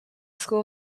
school